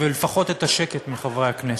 ולפחות את השקט מחברי הכנסת,